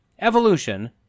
Evolution